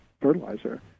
fertilizer